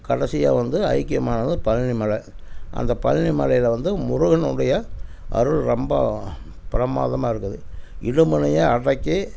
கடைசியாக வந்து ஐக்கியமானது பழனி மலை அந்த பழனி மலையில் வந்து முருகனுடைய அருள் ரொம்ப பிரமாதமாக இருக்குது இடும்பனையே அடக்கி